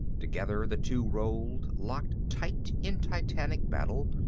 together the two rolled, locked tight in titanic battle,